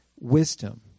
wisdom